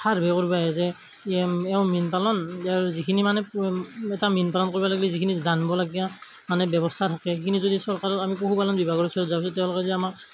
survey কৰবা আহে যে এই এওঁ মীন পালন ইয়াৰ যিখিনি মানে এটা মীন পালন কৰবা লাগলি যিখিনি জানবলগীয়া মানে ব্যৱস্থা থাকে সেইখিনি যদি চৰকাৰৰ আমি পশুপালন বিভাগৰ ওচৰত যাওঁ তেওঁলোকে যদি আমাক